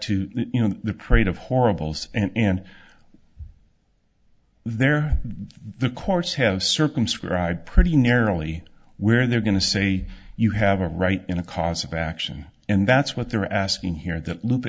to you know the prate of horribles in there the courts have circumscribed pretty narrowly where they're going to say you have a right in a cause of action and that's what they're asking here in the loop